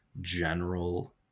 general